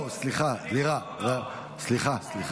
לא, סליחה, סליחה.